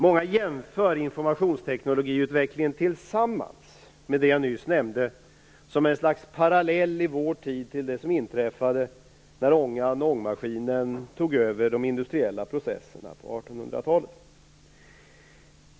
Många ser informationsteknikutvecklingen tillsammans med det jag nyss nämnde som ett slags parallell i vår tid till det som inträffade när ångan och ångmaskinen tog över de industriella processerna på 1800-talet.